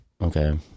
Okay